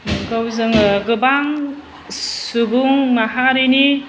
बेखौ जोङो गोबां सुबुं माहारिनि